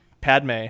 Padme